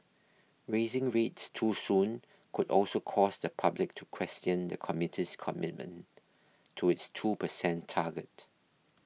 raising rates too soon could also cause the public to question the committee's commitment to its two percent target